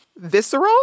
Visceral